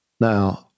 Now